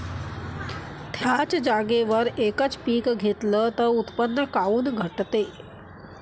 थ्याच जागेवर यकच पीक घेतलं त उत्पन्न काऊन घटते?